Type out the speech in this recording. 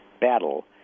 battle